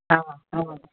हा हा